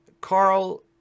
Carl